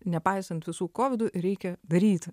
nepaisant visų kovidų ir reikia daryt